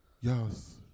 yes